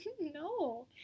No